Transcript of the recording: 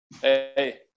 Hey